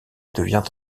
devient